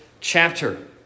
chapter